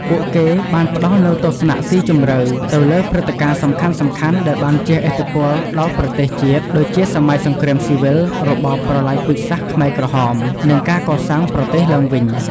ពួកគេបានផ្តល់នូវ ទស្សនៈស៊ីជម្រៅ ទៅលើព្រឹត្តិការណ៍សំខាន់ៗដែលបានជះឥទ្ធិពលដល់ប្រទេសជាតិ ដូចជាសម័យសង្គ្រាមស៊ីវិល របបប្រល័យពូជសាសន៍ខ្មែរក្រហម និងការកសាងប្រទេសឡើងវិញ។